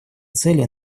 цели